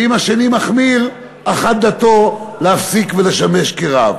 ואם השני מחמיר, אחת דתו להפסיק לשמש כרב.